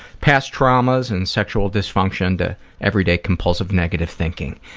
past traumas and sexual dysfunction to every day compulsive negative thinking.